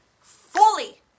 fully